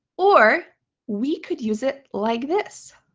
or we could use it like this.